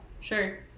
sure